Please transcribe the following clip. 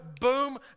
boom